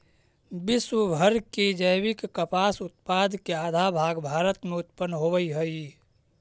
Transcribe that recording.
विश्व भर के जैविक कपास उत्पाद के आधा भाग भारत में उत्पन होवऽ हई